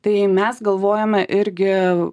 tai mes galvojome irgi